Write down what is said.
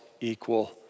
equal